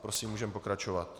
Prosím, můžeme pokračovat.